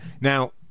now